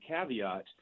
caveat